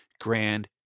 grand